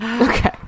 Okay